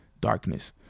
darkness